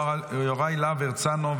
יוראי להב הרצנו,